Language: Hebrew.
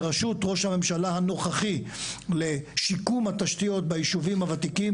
בראשות ראש הממשלה הנוכחי לשיקום התשתיות ביישובים הוותיקים.